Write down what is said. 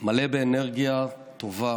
מלא באנרגיה טובה,